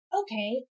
Okay